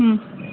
ಹ್ಞೂ